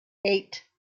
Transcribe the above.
eight